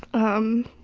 um,